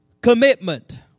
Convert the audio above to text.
commitment